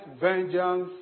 Vengeance